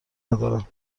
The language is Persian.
ندارم